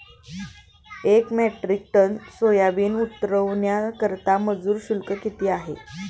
एक metric ton soybean उतरवण्याकरता मजूर शुल्क किती आहे?